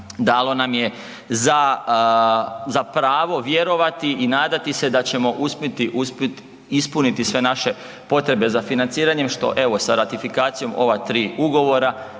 dalo nam je za, za pravo vjerovati i nadati se da ćemo uspjeti, uspjet ispuniti sve naše potrebe za financiranjem, što evo sa ratifikacijom ova 3 ugovora,